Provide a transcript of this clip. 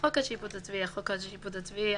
"חוק השיפוט הצבאי" חוק השיפוט הצבאי,